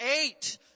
eight